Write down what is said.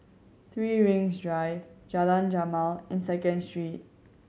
Three Rings Drive Jalan Jamal and Second Street